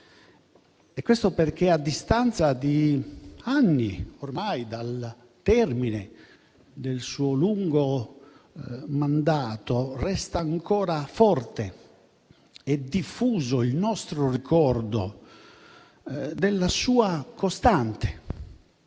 Questo perché, a distanza di anni ormai dal termine del suo lungo mandato, resta ancora forte e diffuso il nostro ricordo delle sue costanti,